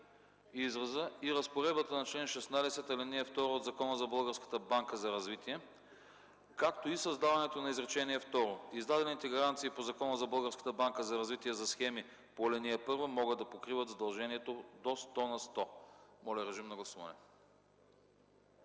„и разпоредбата на чл. 16, ал. 2 от Закона за Българската банка за развитие”, както и създаването на изречение второ: „Издадените гаранции по Закона за Българската банка за развитие за схеми по ал. 1 могат да покриват задължението до 100 на 100”. Гласували 123 народни